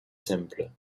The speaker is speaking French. simple